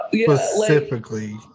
Specifically